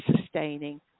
sustaining